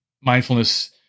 mindfulness